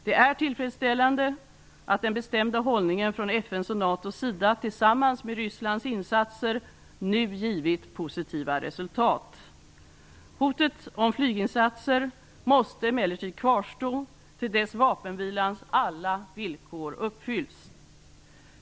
Det är tillfredsställande att den bestämda hållningen från FN:s och NATO:s sida tillsammans med Rysslands insatser nu givit positiva resultat. Hotet om flyginsatser måste emellertid kvarstå till dess vapenvilans alla villkor uppfylls.